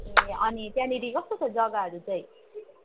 ए अनि त्यहाँनेरि कस्तो छ जगाहरू चाहिँ